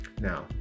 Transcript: Now